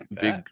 big